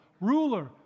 ruler